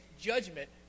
judgment